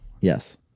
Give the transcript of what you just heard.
Yes